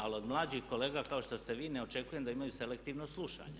Ali od mlađih kolega kao što ste vi ne očekujem da imaju selektivno slušanje.